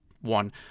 one